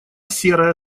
серая